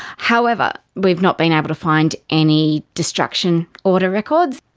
however, we've not been able to find any destruction order records.